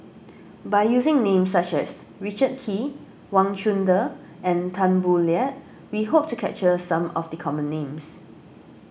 by using names such as Richard Kee Wang Chunde and Tan Boo Liat we hope to capture some of the common names